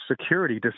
Security